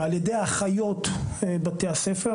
על ידי אחיות בתי הספר.